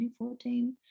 2014